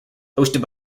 hosted